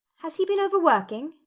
has he been overworking?